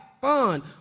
fun